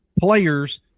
players